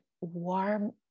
warm